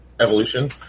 evolution